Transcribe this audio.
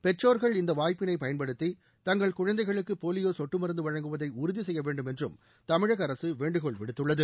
பெற்றோர்கள் இந்த வாய்ப்பினை பயன்படுத்தி தங்கள் குழந்தைகளுக்கு போலியோ சொட்டு மருந்து வழங்குவதை உறுதி செய்ய வேண்டும் என்றும் தமிழக அரசு வேண்டுகோள் விடுத்துள்ளது